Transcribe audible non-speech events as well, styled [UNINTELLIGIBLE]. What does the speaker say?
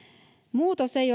muutos ei [UNINTELLIGIBLE]